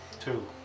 Two